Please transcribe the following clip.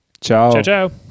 ciao